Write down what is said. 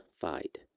fight